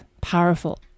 powerful